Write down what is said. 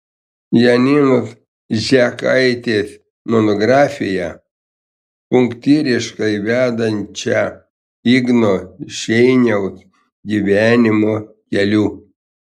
janinos žekaitės monografiją punktyriškai vedančią igno šeiniaus gyvenimo keliu